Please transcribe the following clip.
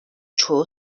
çoğu